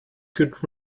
could